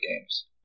games